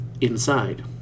inside